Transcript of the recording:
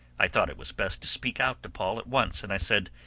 i thought it was best to speak out to paul at once, and i said,